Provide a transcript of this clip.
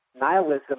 Nihilism